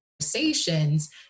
Conversations